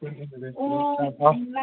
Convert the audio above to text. ꯑꯪ ꯊꯝꯃꯦ